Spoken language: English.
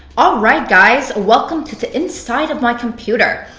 alright guys, welcome to the inside of my computer.